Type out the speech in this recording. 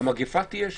המגפה תהיה שם.